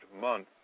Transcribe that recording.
month